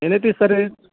నేను అయితే ఈసారి